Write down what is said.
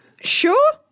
Sure